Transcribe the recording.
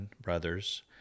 brothers